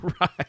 Right